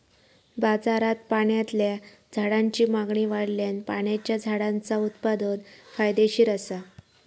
बाजारात पाण्यातल्या झाडांची मागणी वाढल्यान पाण्याच्या झाडांचा उत्पादन फायदेशीर असा